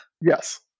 Yes